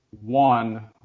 one